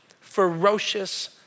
ferocious